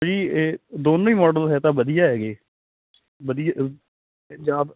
ਭਾਅ ਜੀ ਇਹ ਦੋਨੋਂ ਹੀ ਮਾਡਲ ਹੈ ਤਾਂ ਵਧੀਆ ਹੈਗੇ ਵਧੀਆ ਜਾ